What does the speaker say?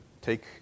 take